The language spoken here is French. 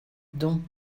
don